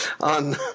on